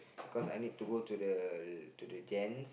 cause I need to go to the to the gents